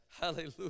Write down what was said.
Hallelujah